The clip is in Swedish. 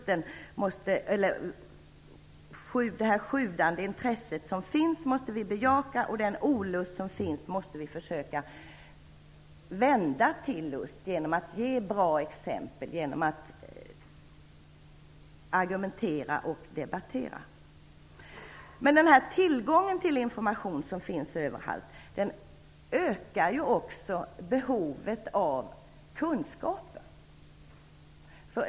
Den lust och det sjudande intresse som finns måste vi bejaka, och den olust som finns måste vi försöka vända till lust genom att ge bra exempel och genom att argumentera och debattera. Den tillgång till information som finns överallt ökar också behovet av kunskaper.